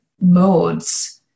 modes